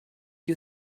you